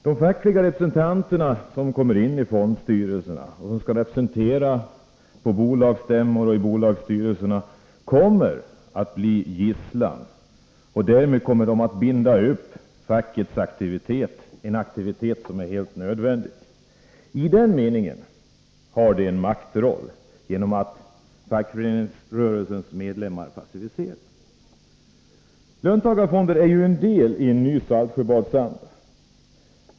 De fackliga företrädare som kommer in i fondstyrelserna och som skall representera på bolagsstämmor och styrelsesammanträden kommer att bli en gisslan. Därmed kommer de att binda upp fackets aktivitet, en aktivitet som är helt nödvändig. I den meningen har de en maktroll genom att fackföreningsrörelsens medlemmar passiveras. Löntagarfonder är ju en del i en ny Saltsjöbadsanda.